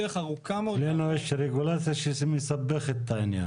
אצלנו יש רגולציה שמסבכת את העניין.